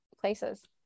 places